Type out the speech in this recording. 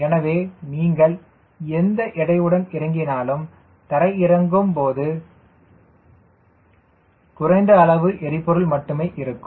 எனவே நீங்கள் எந்த எடையுடன் இறங்கினாலும் தரையிறங்க வரும்போது குறைந்த அளவு எரிபொருள் மட்டுமே இருக்கும்